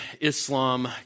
Islam